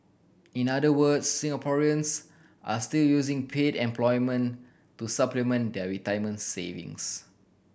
in other words Singaporeans are still using paid employment to supplement their retirement savings